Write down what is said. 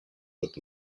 with